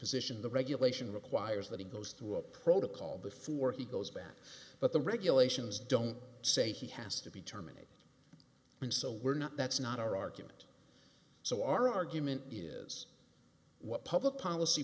position the regulation requires that he goes to a protocol before he goes back but the regulations don't say he has to be terminated and so we're not that's not our argument so our argument is what public policy